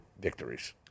victories